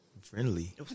friendly